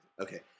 Okay